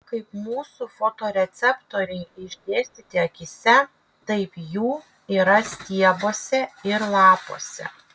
kaip mūsų fotoreceptoriai išdėstyti akyse taip jų yra stiebuose ir lapuose